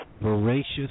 voracious